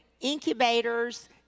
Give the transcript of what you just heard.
incubators